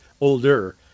older